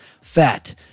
fat